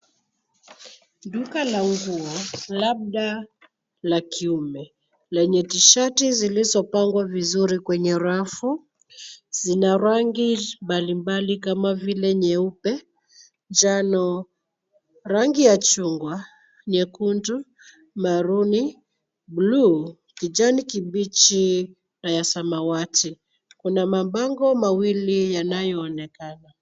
Duka la nguo labda la kiume, lenye tishati zilizopangwa vizuri kwenye rafu. Zina rangi mbali mbali kama vile: nyeupe, njano, rangi ya chungwa, nyekundu, marooni , bluu, kijani kibichi na ya samawati. Kuna mabango mawili yanayoonekana.